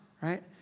right